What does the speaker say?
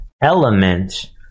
element